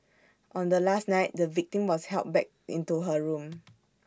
on the last night the victim was helped back into her room